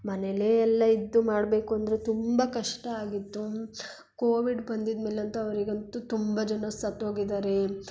ಮನೆಲ್ಲೇ ಎಲ್ಲ ಇದ್ದು ಮಾಡಬೇಕು ಅಂದರೆ ತುಂಬ ಕಷ್ಟ ಆಗಿತ್ತು ಕೋವಿಡ್ ಬಂದಿದ್ಮೇಲೆ ಅಂತೂ ಅವರಿಗಂತೂ ತುಂಬ ಜನ ಸತ್ತೋಗಿದ್ದಾರೆ